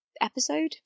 episode